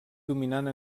dominant